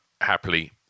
happily